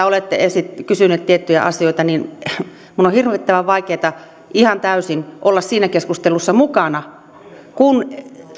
olette kysyneet tiettyjä asioita niin minun on hirvittävän vaikeata ihan täysin olla siinä keskustelussa mukana kun